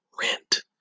rent